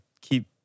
keep